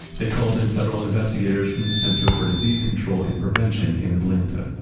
they called in federal investigators from the center for disease control and prevention in atlanta.